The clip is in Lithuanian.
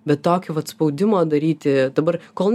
bet tokio vat spaudimo daryti dabar kol